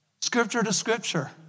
scripture-to-scripture